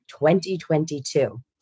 2022